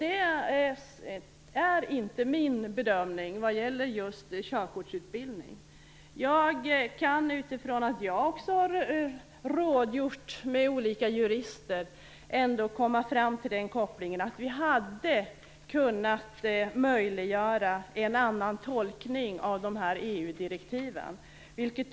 Det är inte min bedömning vad gäller just körkortsutbildning. Jag kan, utifrån att jag också har rådgjort med olika jurister, ändå komma fram till den slutsatsen att vi hade kunna möjliggöra en annan tolkning av de här EU-direktivet.